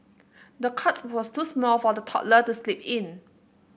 the cot was too small for the toddler to sleep in